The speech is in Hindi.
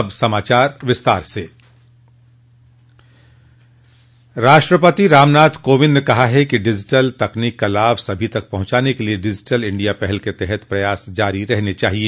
अब समाचार विस्तार से राष्ट्रपति रामनाथ कोविंद ने कहा है कि डिजिटल तकनीक का लाभ सभी तक पहुंचाने के लिए डिजिटल इंडिया पहल के तहत प्रयास जारी रहने चाहिए